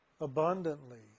abundantly